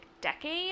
decade